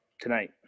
tonight